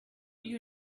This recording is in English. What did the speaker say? you